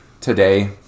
Today